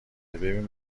ببین